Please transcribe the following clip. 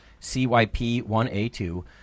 CYP1A2